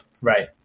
Right